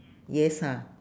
yes ha